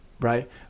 right